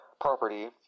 property